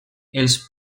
els